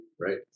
right